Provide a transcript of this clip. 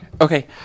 Okay